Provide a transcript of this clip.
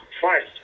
first